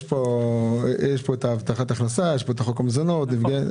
יש פה הבטחת הכנסה, את חוק המזונות וכולי.